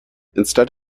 instead